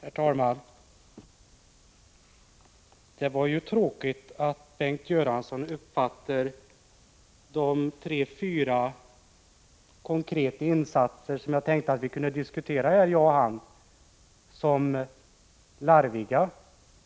Herr talman! Det var ju tråkigt att Bengt Göransson uppfattar de tre fyra konkreta insatser, som jag tänkte att vi kunde diskutera, som larviga.